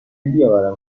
بیاورم